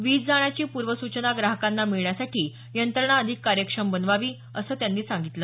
वीज जाण्याची पूर्वसूचना ग्राहकांना मिळण्यासाठी यंत्रणा अधिक कार्यक्षम बनवावी असं त्यांनी सांगितलं